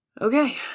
okay